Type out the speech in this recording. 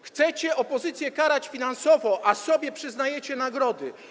Chcecie opozycję karać finansowo, a sobie przyznajecie nagrody.